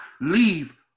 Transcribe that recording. leave